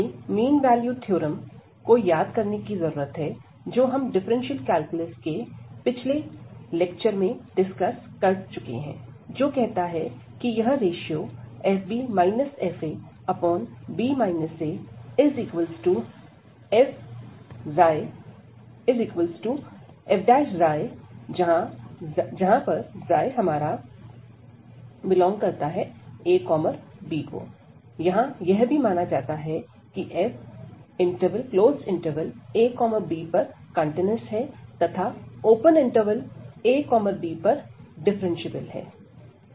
हमें mean value theorem को याद करने की जरूरत है जो हम डिफरेंशियल कैलकुलस के पिछले लेक्चर में डिस्कस कर चुके हैं जो कहता है कि यह रेशियो fb fab afξ जहां पर ξ∈ab यहां यह भी माना जाता है की f ab पर कंटीन्यूअस है तथा ab पर डिफ्रेंशिएबल है